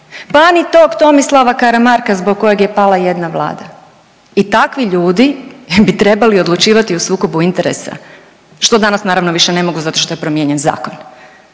pa ni tog Tomislava Karamarka zbog kojeg je pala jedna vlada. I takvi ljudi bi trebali odlučivati o sukobu interesa što danas naravno više ne mogu zato što je promijenjen zakon.